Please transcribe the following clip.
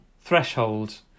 threshold